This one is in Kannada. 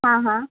ಹಾಂ ಹಾಂ